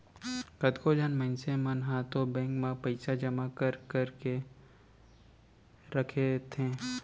कतको झन मनसे मन ह तो बेंक म पइसा जमा कर करके रखथे